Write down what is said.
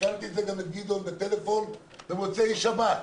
עדכנתי גם את חבר הכנסת גדעון סער בטלפון במוצאי שבת.